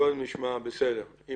יש